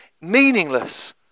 meaningless